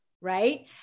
right